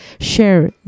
share